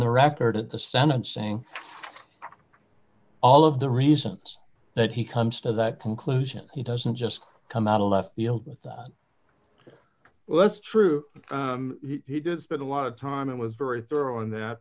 the record at the sentencing all of the reasons that he comes to that conclusion he doesn't just come out of left field without well that's true he did spend a lot of time and was very thorough in